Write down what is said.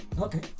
Okay